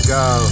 go